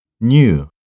New